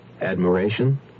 Admiration